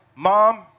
Mom